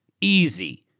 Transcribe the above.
easy